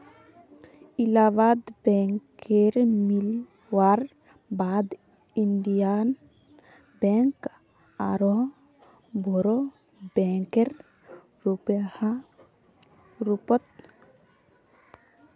इलाहाबाद बैकेर मिलवार बाद इन्डियन बैंक आरोह बोरो बैंकेर रूपत उभरी ले